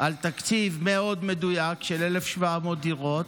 על תקציב מאוד מדויק של 1,700 דירות,